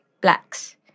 blacks